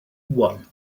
one